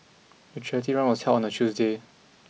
the charity run was held on a Tuesday